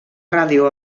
ràdio